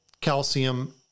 calcium